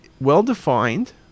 well-defined